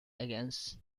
against